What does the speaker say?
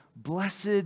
Blessed